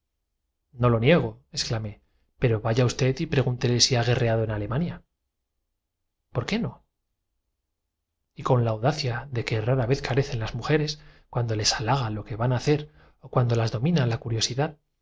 no lo niegoexclamé pero vaya usted y pregúntele si ha gue rreado en alemania por qué no y con la audacia de que rara vez carecen las mujeres cuando les halaga lo que van a hacer o cuando las domina la curiosidad